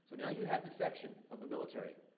so, now, you have defection of the military.